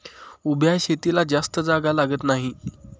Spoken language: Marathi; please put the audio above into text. उभ्या शेतीला जास्त जागा लागत नाही